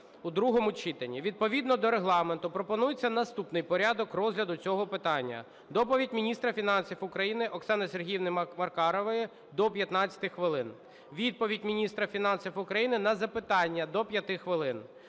у другому читанні. Відповідно до Регламенту пропонується наступний порядок розгляду цього питання: доповідь міністра фінансів України Оксани Сергіївни Маркарової – до 15 хвилин; відповідь міністра фінансів України на запитання – до 5 хвилин;